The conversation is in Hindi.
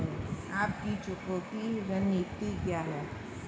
आपकी चुकौती रणनीति क्या है?